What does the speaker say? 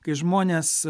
kai žmonės